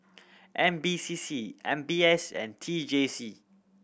N P C C M B S and T J C